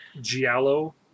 giallo